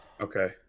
Okay